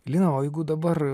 lina o jeigu dabar